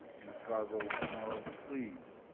and scarborough, tomorrow. please,